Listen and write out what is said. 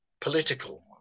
political